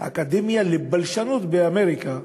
אקדמיה לבלשנות באמריקה,